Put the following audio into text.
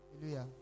Hallelujah